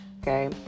okay